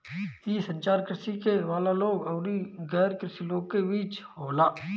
इ संचार कृषि करे वाला लोग अउरी गैर कृषि लोग के बीच होला